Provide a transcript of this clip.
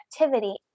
activity